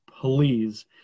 please